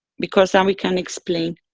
because then we can explain.